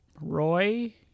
Roy